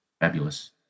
fabulous